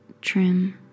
trim